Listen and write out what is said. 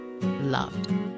loved